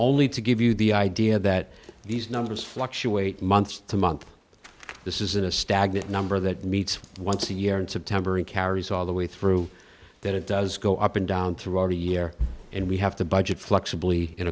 only to give you the idea that these numbers fluctuate month to month this isn't a stagnant number that meets once a year in september and carries all the way through that it does go up and down throughout the year and we have to budget flexibly in